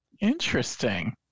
Interesting